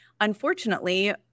unfortunately